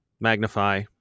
magnify